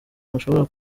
ntushobora